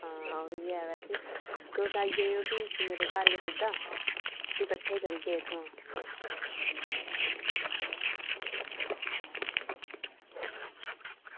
आं ओह्बी ऐ वैसे तुस आई जायो भी मेरे घर गै सिद्धा ते कट्ठे जंदे हे इत्थुआं